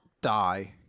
die